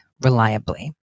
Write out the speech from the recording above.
reliably